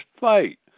fight